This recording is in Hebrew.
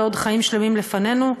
ועוד חיים שלמים לפנינו,